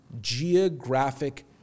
geographic